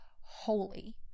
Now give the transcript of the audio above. holy